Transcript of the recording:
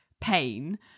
pain